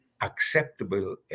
acceptable